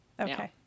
Okay